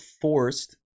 forced